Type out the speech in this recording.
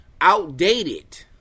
Outdated